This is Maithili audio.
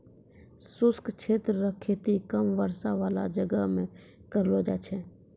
शुष्क क्षेत्र रो खेती कम वर्षा बाला जगह मे करलो जाय छै